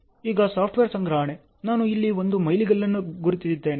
ಈಗ ಸಾಫ್ಟ್ವೇರ್ ಸಂಗ್ರಹಣೆ ನಾನು ಇಲ್ಲಿ ಒಂದು ಮೈಲಿಗಲ್ಲನ್ನು ಗುರುತಿಸಿದ್ದೇನೆ